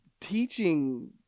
teaching